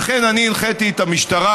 לכן אני הנחיתי את המשטרה